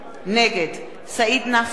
נגד סעיד נפאע,